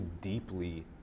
deeply